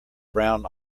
brown